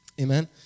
Amen